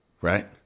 right